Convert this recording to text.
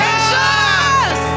Jesus